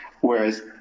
whereas